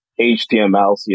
HTML